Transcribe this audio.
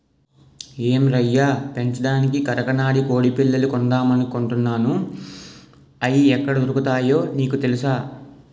ఏం రయ్యా పెంచడానికి కరకనాడి కొడిపిల్లలు కొందామనుకుంటున్నాను, అయి ఎక్కడ దొరుకుతాయో నీకు తెలుసా?